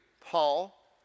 Paul